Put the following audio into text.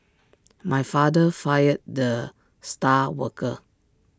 my father fired the star worker